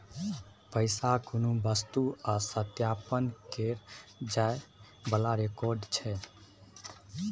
पैसा कुनु वस्तु आ सत्यापन केर जाइ बला रिकॉर्ड छै